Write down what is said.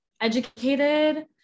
educated